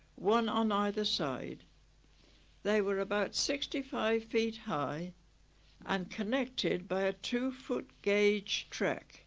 one on either side they were about sixty five feet high and connected by a two foot gauge track